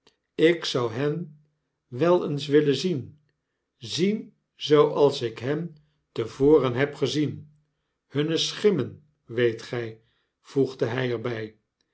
ik zou hen wel eens willen zien zien zooals ik hen te voren heb gezien hunne schimmen weet gy vbegde hij er